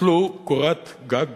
תיטלו קורת גג